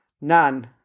None